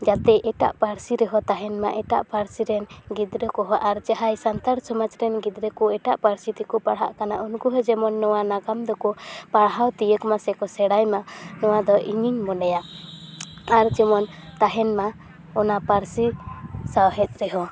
ᱡᱟᱛᱮ ᱮᱴᱟᱜ ᱯᱟᱹᱨᱥᱤ ᱨᱮᱦᱚᱸ ᱛᱟᱦᱮᱱ ᱢᱟ ᱮᱴᱟᱜ ᱯᱟᱹᱨᱥᱤ ᱨᱮᱱ ᱜᱤᱫᱽᱨᱟᱹ ᱠᱚᱦᱚ ᱟᱨ ᱡᱟᱦᱟᱸᱭ ᱥᱟᱱᱛᱟᱲ ᱥᱚᱢᱟᱡᱽ ᱨᱮᱱ ᱜᱤᱫᱽᱨᱟᱹ ᱠᱚ ᱮᱴᱟᱜ ᱯᱟᱹᱨᱥᱤ ᱛᱮᱠᱚ ᱯᱟᱲᱦᱟᱜ ᱠᱟᱱᱟ ᱩᱱᱠᱚ ᱦᱚᱸ ᱡᱮᱢᱚᱱ ᱱᱚᱣᱟ ᱱᱟᱜᱟᱢ ᱫᱚᱠᱚ ᱯᱟᱲᱦᱟᱣ ᱛᱤᱭᱟᱹᱜᱽ ᱢᱟᱥᱮ ᱠᱚ ᱥᱮᱲᱟᱭ ᱢᱟ ᱱᱚᱣᱟ ᱫᱚ ᱤᱧᱤᱧ ᱢᱚᱱᱮᱭᱟ ᱟᱨ ᱡᱮᱢᱚᱱ ᱛᱟᱦᱮᱱ ᱢᱟ ᱚᱱᱟ ᱯᱟᱹᱨᱥᱤ ᱥᱟᱶᱦᱮᱫ ᱨᱮᱦᱚᱸ